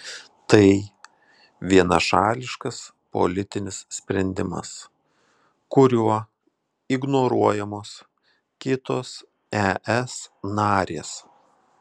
tai vienašališkas politinis sprendimas kuriuo ignoruojamos kitos es narės